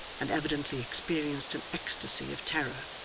and evidently experienced an ecstasy of terror.